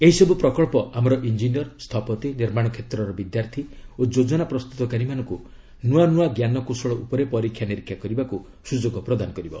ଏହିସବୁ ପ୍ରକଳ୍ପ ଆମର ଇଞ୍ଜିନିୟର୍ ସ୍ଥପତି ନିର୍ମାଣ କ୍ଷେତ୍ରର ବିଦ୍ୟାର୍ଥୀ ଓ ଯୋଜନା ପ୍ରସ୍ତୁତକାରୀମାନଙ୍କୁ ନୂଆ ନୂଆ ଜ୍ଞାନକୌଶଳ ଉପରେ ପରୀକ୍ଷା ନିରୀକ୍ଷା କରିବାକୁ ସୁଯୋଗ ପ୍ରଦାନ କରିବ